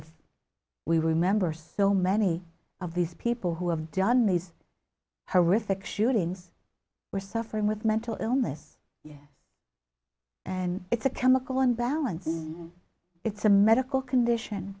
if we were member so many of these people who have done these horrific shootings we're suffering with mental illness yeah and it's a chemical imbalance it's a medical condition